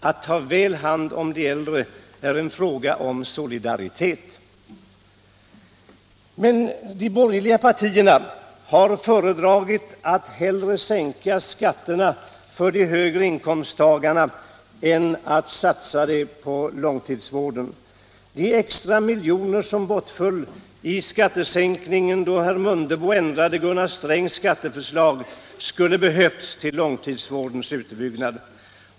Att ta väl hand om de äldre är en fråga om solidaritet. Men de borgerliga partierna har föredragit att sänka skatterna för de högre inkomsttagarna framför att satsa på att bygga ut långtidsvården. De extra miljoner som bortföll genom statsskattesänkningen, då herr Mundebo ändrade Gunnar Strängs skatteförslag, skulle ha behövts till långvårdens utbyggnad.